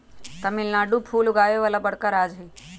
तमिलनाडु फूल उगावे वाला बड़का राज्य हई